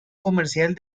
comercial